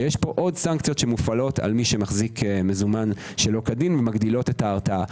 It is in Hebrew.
יש פה עוד סנקציות על מי שמחזיק מזומן שלא כדין ומגדילות את ההרתעה.